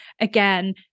again